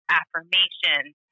affirmations